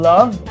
Love